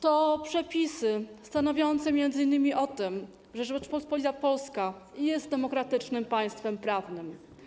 To przepisy stanowiące m.in. o tym, że Rzeczpospolita Polska jest demokratycznym państwem prawnym.